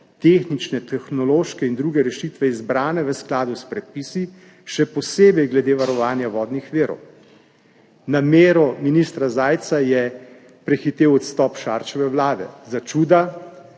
tehnične, tehnološke in druge rešitve, izbrane v skladu s predpisi, še posebej glede varovanja vodnih virov. Namero ministra Zajca je prehitel odstop Šarčeve vlade. Za čuda